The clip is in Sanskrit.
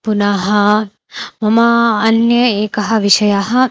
पुनः मम अन्यः एकः विषयः